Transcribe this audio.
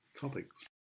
topics